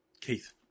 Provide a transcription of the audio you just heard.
Keith